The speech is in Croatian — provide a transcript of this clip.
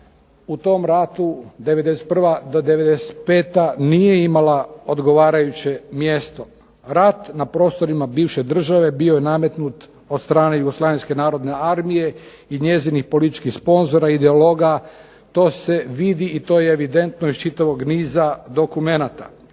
u tom ratu '91. do '95. nije imala odgovarajuće mjesto. Rat na prostorima bivše države bio je nametnut od strane JNA i njezinih političkih sponzora, ideologa. To se vidi i to je evidentno iz čitavog niza dokumenata.